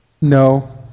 No